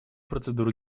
процедуры